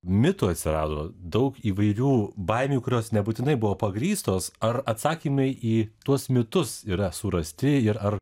mitų atsirado daug įvairių baimių kurios nebūtinai buvo pagrįstos ar atsakymai į tuos mitus yra surasti ir ar